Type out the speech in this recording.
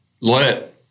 let